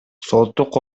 соттук